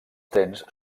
trens